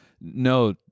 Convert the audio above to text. no